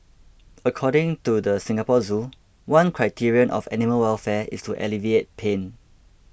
according to the Singapore Zoo one criterion of animal welfare is to alleviate pain